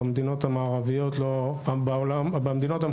במדינות המערביות,